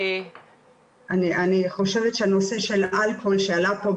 אני חושבת שהנושא של אלכוהול שעלה פה,